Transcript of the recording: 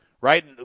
right